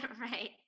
Right